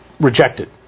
rejected